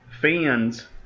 fans